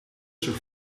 zich